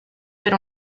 per